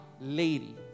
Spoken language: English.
lady